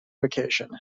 vacation